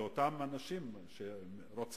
לאותם אנשים שרוצחים,